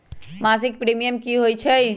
मासिक प्रीमियम की होई छई?